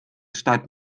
start